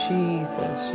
Jesus